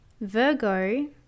Virgo